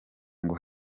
ngo